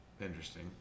Interesting